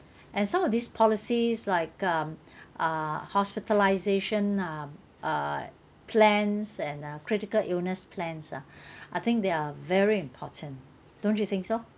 and some of these policies like um uh hospitalisation uh uh plans and uh critical illness plans ah I think they are very important don't you think so